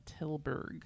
Tilburg